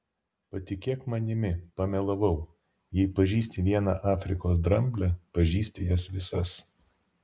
patikėk manimi pamelavau jei pažįsti vieną afrikos dramblę pažįsti jas visas